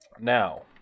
Now